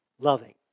loving